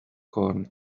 corn